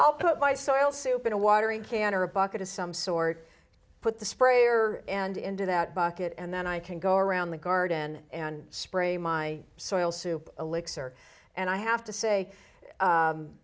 i'll put my soil soup in a watering can or a bucket of some sort put the sprayer and into that bucket and then i can go around the garden and spray my soil soup a licks or and i have to say